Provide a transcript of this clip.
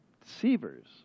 deceivers